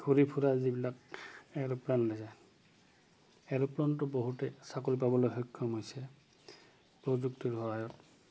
ঘূৰি ফুৰা যিবিলাক এৰ'প্লেন যায় এৰ'প্লেনটো বহুতে চাকৰি পাবলৈ সক্ষম হৈছে প্ৰযুক্তিৰ সহায়ত